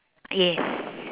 yes